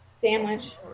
sandwich